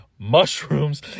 mushrooms